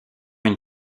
une